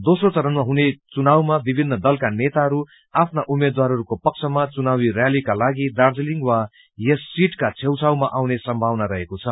दोस्रो चरणमा हुने चुनावमा विभिन्न दलाका नेताहरू आफ्ना उम्मेद्वाहरूको पक्षमा ाचुनावी रैलीका लगिग दार्जीलिङ वा यस सीटका छेउछाउमा आउनु संभावना रहेको छ